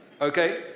Okay